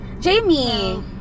Jamie